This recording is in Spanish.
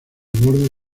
borde